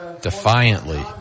defiantly